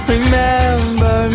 Remember